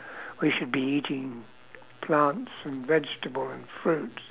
we should be eating plants and vegetable and fruits